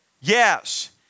Yes